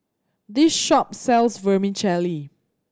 this shop sells Vermicelli